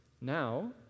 now